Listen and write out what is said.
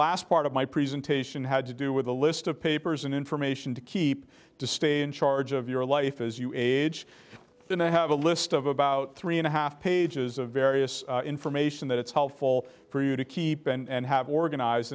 last part of my presentation had to do with a list of papers and information to keep to stay in charge of your life as you age then i have a list of about three and a half pages of various information that it's helpful for you to keep and have organized